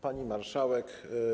Pani Marszałek!